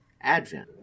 Advent